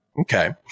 Okay